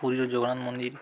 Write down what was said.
ପୁରୀ ଜଗନାଥ ମନ୍ଦିର